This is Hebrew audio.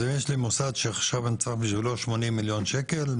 אז אם יש לי מוסד שעכשיו אני צריך בשבילו 80 מיליון שקל,